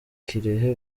kirehe